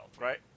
right